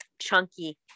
chunky